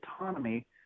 autonomy